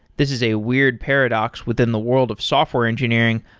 this is a weird paradox within the world of software engineering,